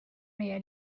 meie